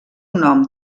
nom